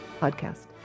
podcast